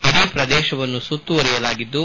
ಇಡೀ ಪ್ರದೇಶವನ್ನು ಸುತ್ತುವರಿಯಲಾಗಿದ್ದು